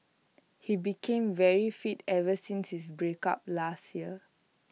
he became very fit ever since his breakup last year